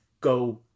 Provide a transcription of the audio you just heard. go